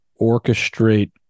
orchestrate